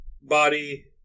body